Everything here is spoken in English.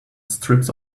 strips